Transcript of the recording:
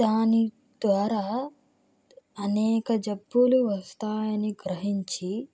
దాని ద్వారా అనేక జబ్బులు వస్తాయి అని గ్రహించి